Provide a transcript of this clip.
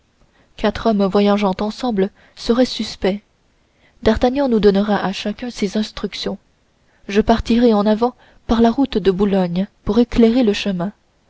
quatre hommes voyageant ensemble seraient suspects d'artagnan nous donnera à chacun ses instructions je partirai en avant par la route de boulogne pour éclairer le chemin